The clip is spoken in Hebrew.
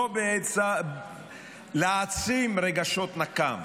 לא להעצים רגשות נקם,